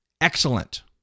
excellent